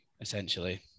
essentially